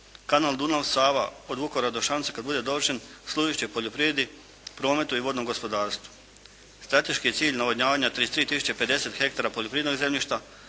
Kanal Dunav – Sava od Vukovara do Šamca kad bude dovršen služit će poljoprivredi, prometu i vodnom gospodarstvu. Strateški je cilj navodnjavanja 33050 hektara poljoprivrednog zemljišta,